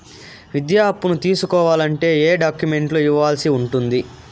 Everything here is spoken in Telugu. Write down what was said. విద్యా అప్పును తీసుకోవాలంటే ఏ ఏ డాక్యుమెంట్లు ఇవ్వాల్సి ఉంటుంది